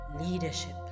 leadership